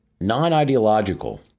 non-ideological